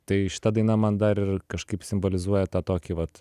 tai šita daina man dar ir kažkaip simbolizuoja tą tokį vat